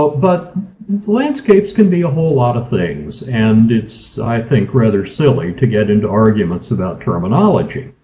but landscapes can be a whole lot of things and it's think rather silly to get into arguments about terminology.